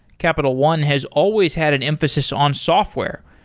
capital one has always had an emphasis on software,